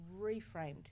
reframed